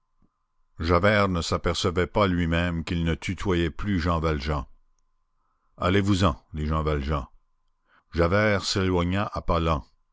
javert ne s'apercevait pas lui-même qu'il ne tutoyait plus jean valjean allez-vous-en dit jean valjean javert s'éloigna à pas